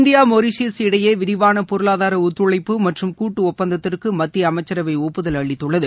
India Mauritius இடையே விரிவான பொருளாதார ஒத்துழைப்பு மற்றும் கூட்டு ஒப்பந்தத்திற்கு மத்திய அமைச்சரவை ஒப்புதல் அளித்துள்ளது